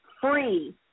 free